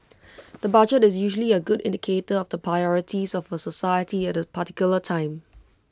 the budget is usually A good indicator of the priorities of A society at A particular time